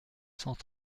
cent